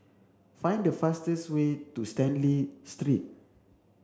find the fastest way to Stanley Street